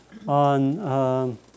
on